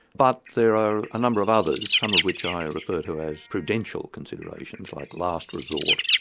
but there are a number of others, some of which i refer to as prudential considerations, like last resort,